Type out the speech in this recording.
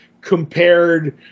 compared